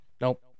Nope